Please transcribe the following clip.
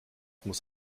muss